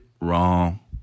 Wrong